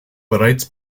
bereits